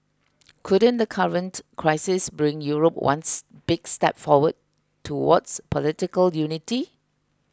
couldn't the current crisis bring Europe ones big step forward towards political unity